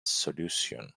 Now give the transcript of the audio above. solution